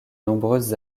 nombreuses